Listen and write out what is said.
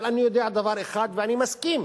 אבל אני יודע דבר אחד, ואני מסכים